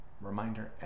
reminder